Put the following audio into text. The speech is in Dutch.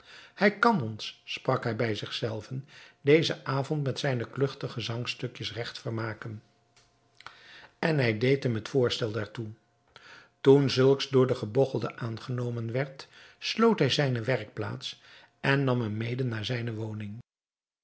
hij kan ons sprak hij bij zich zelven dezen avond met zijne kluchtige zangstukjes regt vermaken en hij deed hem het voorstel daartoe toen zulks door den gebogchelde aangenomen werd sloot hij zijne werkplaats en nam hem mede naar zijne woning